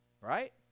right